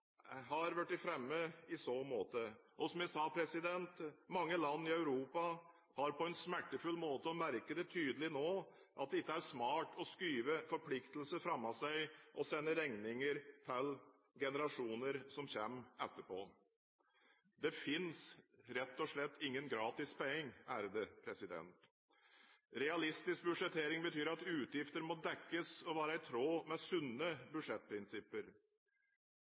jeg sa: Mange land i Europa har på en smertefull måte lært – og merker det tydelig nå – at det ikke er smart å skyve forpliktelser foran seg og sende regninger til generasjoner som kommer etterpå. Det finnes rett og slett ingen gratis penger. Realistisk budsjettering betyr at utgifter må dekkes og være i tråd med sunne budsjettprinsipper.